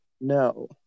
no